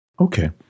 Okay